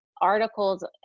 articles